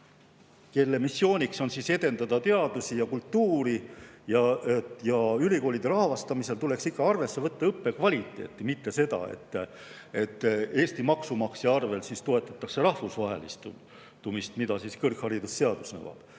kelle missiooniks on edendada teadust ja kultuuri? Ülikoolide rahastamisel tuleks arvesse võtta õppekvaliteeti, mitte seda, et Eesti maksumaksja arvel toetatakse rahvusvahelistumist, mida kõrgharidusseadus nõuab.